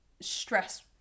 stress